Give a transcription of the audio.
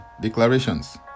declarations